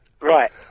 Right